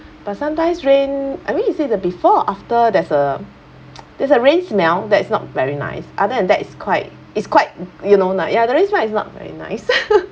but sometimes rain I mean you say the before after there's a there's a rain smell that's not very nice other than that it's quite it's quite you know nice ya the rain smell is not very nice